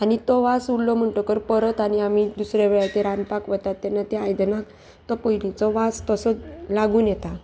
आनी तो वास उरलो म्हणटकर परत आनी आमी दुसऱ्या वेळार ते रांदपाक वतात तेन्ना ते आयदनांक तो पयलींचो वास तसो लागून येता